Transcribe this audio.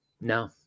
No